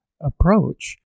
approach